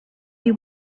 you